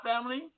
family